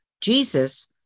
Jesus